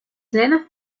lena